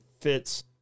fits